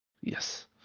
Yes